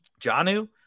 Janu